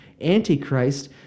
Antichrist